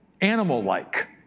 Animal-like